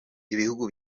ibihugu